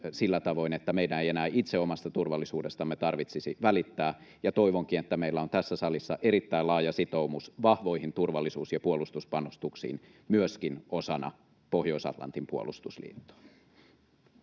sillä tavoin, että meidän ei enää itse omasta turvallisuudestamme tarvitsisi välittää, ja toivonkin, että meillä on tässä salissa erittäin laaja sitoumus vahvoihin turvallisuus- ja puolustuspanostuksiin myöskin osana Pohjois-Atlantin puolustusliittoa.